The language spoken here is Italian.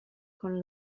con